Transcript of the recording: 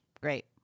great